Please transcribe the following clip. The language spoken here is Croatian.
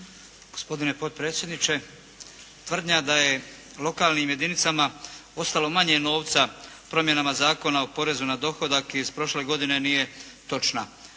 Gospodine potpredsjedniče, tvrdnja da je lokalnim jedinicama ostalo manje novca promjenama Zakona o porezu na dohodak iz prošle godine, nije točna.